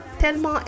tellement